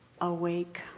awake